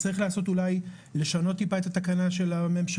צריך אולי לשנות או להרחיב את התקנה של הממשלה,